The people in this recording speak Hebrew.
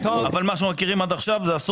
אבל מה שאנחנו מכירים עד עכשיו אלה הרשויות